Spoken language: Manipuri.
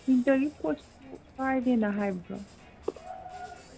ꯋꯤꯟꯇꯔꯒꯤ ꯄꯣꯠꯁꯨ ꯀꯥꯏꯗꯦꯅ ꯍꯥꯏꯕ꯭ꯔꯣ